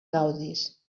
gaudis